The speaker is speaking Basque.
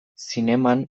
zineman